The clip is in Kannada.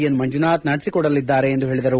ಎನ್ ಮಂಜುನಾಥ್ ನಡೆಸಿಕೊಡಲಿದ್ದಾರೆ ಎಂದು ಹೇಳಿದರು